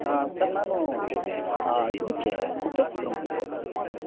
sir ನಾನು ಇದಕ್ಕೆ ಕುಕ್ಕೆ ಸುಬ್ರಮಣ್ಯ ಹೋಗಬೇಕಿತ್ತು ಸರ್